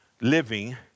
living